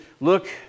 look